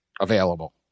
available